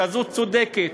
כזאת צודקת,